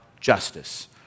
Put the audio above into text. justice